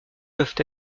peuvent